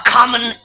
common